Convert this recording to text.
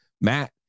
Matt